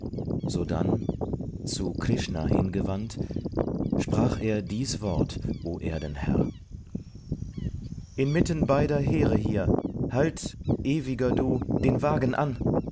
sodann zu krishna hingewandt sprach er dies wort o erdenherr inmitten beider heere hier halt ewiger du den wagen an